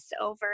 over